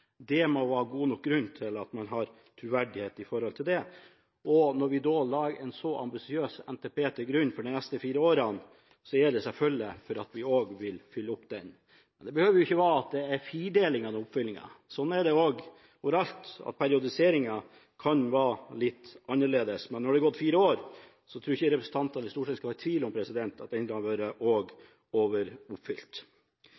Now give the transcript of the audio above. Det må være god nok grunn til at man har troverdighet. Da vi la en så ambisiøs NTP til grunn for de neste fire årene, var det selvfølgelig for at vi også ville oppfylle den. Men det behøver jo ikke være en firedeling av den oppfyllingen. Sånn er det overalt, at periodiseringen kan være litt annerledes. Men når det er gått fire år, tror jeg ikke representanter i Stortinget skal være i tvil om at